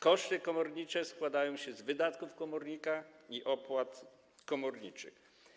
Koszty komornicze składają się z wydatków komornika i opłat komorniczych.